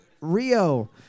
Rio